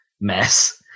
mess